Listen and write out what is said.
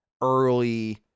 early